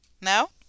No